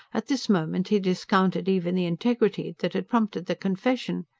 at this moment he discounted even the integrity that had prompted the confession.